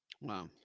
Wow